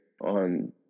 on